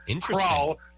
Crawl